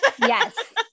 Yes